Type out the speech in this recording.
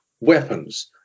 weapons